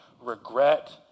regret